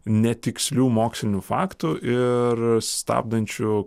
netikslių moksliniu faktu ir stabdančiu